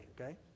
okay